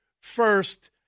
first